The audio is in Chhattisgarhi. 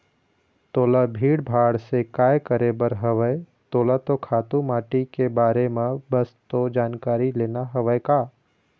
तोला भीड़ भाड़ से काय करे बर हवय तोला तो खातू माटी के बारे म बस तो जानकारी लेना हवय का